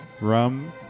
Rum